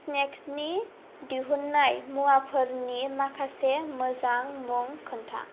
स्नेक्सनि दिहुननाय मुवाफोरनि माखासे मोजां मुं खोन्था